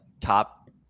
top